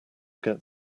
get